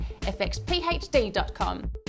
fxphd.com